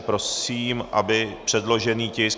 Prosím, aby předložený tisk...